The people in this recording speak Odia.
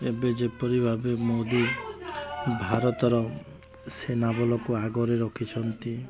ଏବେ ଯେପରି ଭାବେ ମୋଦୀ ଭାରତର ସେନାବଳକୁ ଆଗରେ ରଖିଛନ୍ତି